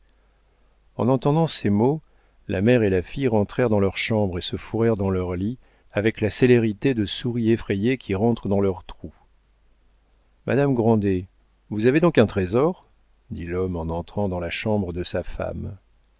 en entendant ces mots la mère et la fille rentrèrent dans leurs chambres et se fourrèrent dans leurs lits avec la célérité de souris effrayées qui rentrent dans leurs trous madame grandet vous avez donc un trésor dit l'homme en entrant dans la chambre de sa femme